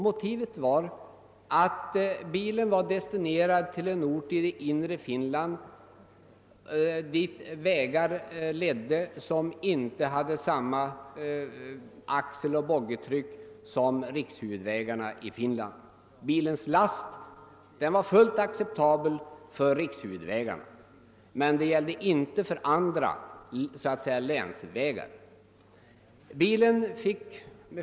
Motivet var att bilen var destinerad till en ort i det inre av Finland dit vägar ledde som inte medgav samma axeloch boggitryck som rikshuvudvägarna i Finland. Bilens last var fullt acceptabel för rikshuvudvägarna men inte för andra vägar.